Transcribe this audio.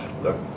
Look